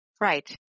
Right